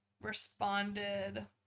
responded